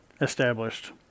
established